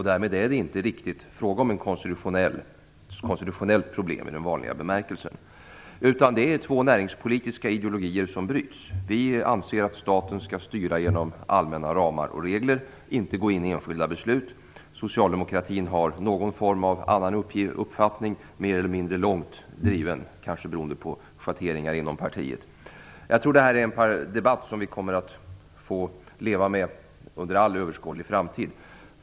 Därmed är det inte riktigt fråga om ett konstitutionellt problem i den vanliga bemärkelsen här, utan det är två näringspolitiska ideologier som bryts. Vi i Folkpartiet anser att staten skall styra inom allmänna ramar och regler och inte gå in i enskilda beslut. Socialdemokratin har en annan uppfattning i någon form. Den är mer eller mindre långt driven, kanske beroende på schatteringar inom partiet. Jag tror att vi kommer att få leva med den här debatten under all överskådlig framtid.